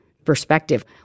perspective